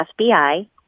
FBI